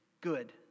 good